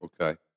Okay